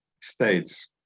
states